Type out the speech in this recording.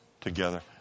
together